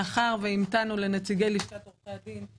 מאחר שהמתנו ללשכת עורכי הדין,